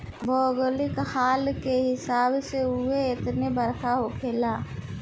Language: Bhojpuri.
भौगोलिक हाल के हिसाब से उहो उतने बरखा होखेला